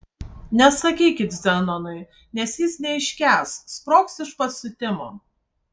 nesakykit zenonui nes jis neiškęs sprogs iš pasiutimo